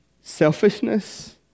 Selfishness